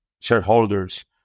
shareholders